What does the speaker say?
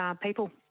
people